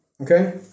Okay